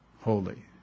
holy